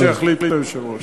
מה שיחליט היושב-ראש.